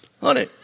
Honey